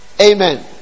amen